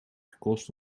gekost